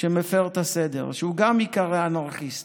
שמפר את הסדר, שגם אנרכיסט